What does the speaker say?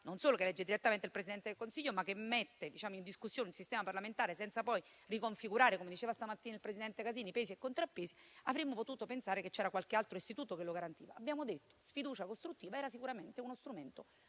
non solo elegge direttamente il Presidente del Consiglio, ma mette in discussione un sistema parlamentare senza poi riconfigurare - come diceva stamattina il presidente Casini - pesi e contrappesi, avremmo potuto pensare che ci fosse qualche altro istituto a garantirlo. Abbiamo detto che la sfiducia costruttiva era sicuramente uno strumento